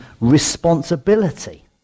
responsibility